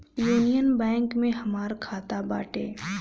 union Bank में हमार खाता बाटे